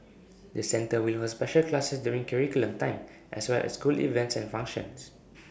the centre will hold special classes during curriculum time as well as school events and functions